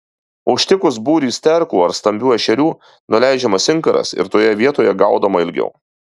užtikus būrį sterkų ar stambių ešerių nuleidžiamas inkaras ir toje vietoje gaudoma ilgiau